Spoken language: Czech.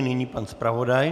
Nyní pan zpravodaj.